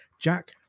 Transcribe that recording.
Jack